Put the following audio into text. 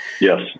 Yes